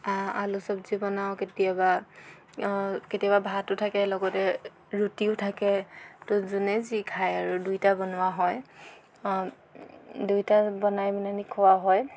আলু চবজি বনাওঁ কেতিয়াবা কেতিয়াবা ভাতো থাকে লগতে ৰুটিও থাকে তো যোনে যি খায় আৰু দুইটা বনোৱা হয় দুইটা বনাই পেলাইনি খোৱা হয়